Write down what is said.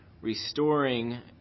restoring